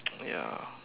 ya